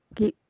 कि